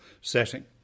setting